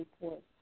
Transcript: reports